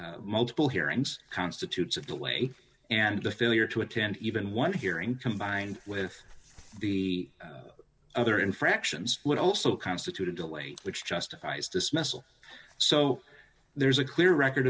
attend multiple hearings constitutes a delay and the failure to attend even one hearing combined with the other infractions would also constitute a delay which justifies dismissal so there's a clear record